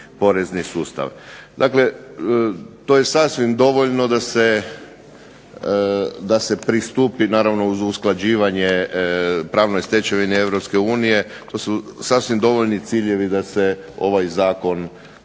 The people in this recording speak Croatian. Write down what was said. porezni sustav. Dakle, to je sasvim dovoljno da se pristupi naravno uz usklađivanje pravne stečevine EU, to su sasvim dovoljni ciljevi da se ovaj zakon za